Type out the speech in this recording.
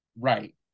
Right